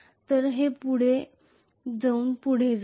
तर हे पुढे जाऊन पुढे जाईल